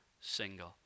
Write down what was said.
single